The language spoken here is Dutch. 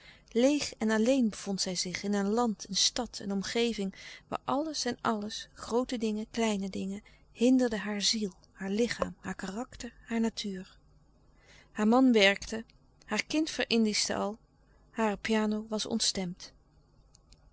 leêg en alleen bevond zij zich in een land een stad een omgeving waar alles en alles groote dingen kleine dingen hinderde haar ziel haar lichaam haar karakter haar natuur haar man werkte haar kind ver indieschte al hare piano was ontstemd